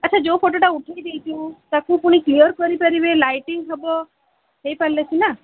ଆଚ୍ଛା ଯୋଉ ଫଟୋଟା ଉଠେଇଦେଇଛି ମୁଁ ତାକୁ ପୁଣି କ୍ଲିୟର୍ କରିପାରିବେ ଲାଇଟିଙ୍ଗ୍ ହେବ ହୋଇପାରିଲେ ସିନା